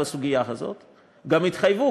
בסוגיה הזאת גם התחייבו,